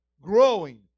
growing